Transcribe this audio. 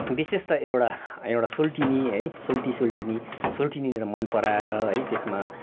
विशेष त एउटा एउटा सोल्टिनी है सोल्टी सोल्टिनी सोल्टिनी र मन पराएर है त्यसमा